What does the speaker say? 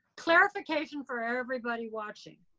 clarification for everybody watching.